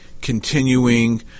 continuing